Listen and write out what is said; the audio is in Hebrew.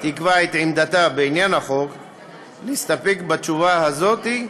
תקבע את עמדתה בעניין החוק להסתפק בתשובה הזאת,